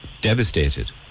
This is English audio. devastated